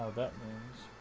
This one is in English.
that made